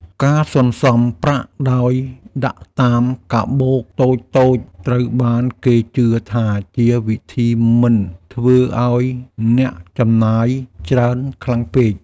ការសន្សំប្រាក់ដោយដាក់តាមកាបូបតូចៗត្រូវបានគេជឿថាជាវិធីមិនធ្វើឱ្យអ្នកចំណាយច្រើនខ្លាំងពេក។